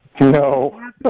No